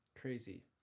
Crazy